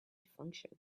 function